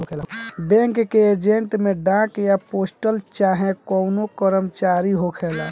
bank के agent में डाक या पोस्टल चाहे कवनो कर्मचारी होखेला